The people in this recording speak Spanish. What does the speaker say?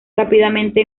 rápidamente